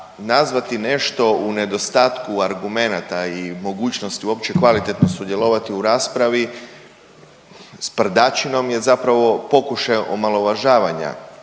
nazvati nešto u nedostatku argumenata i mogućnost uopće kvalitetno sudjelovati u raspravi sprdačinom je zapravo pokušaj omalovažavanja